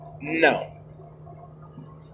No